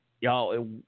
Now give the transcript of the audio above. y'all